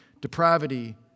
depravity